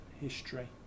history